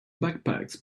backpacks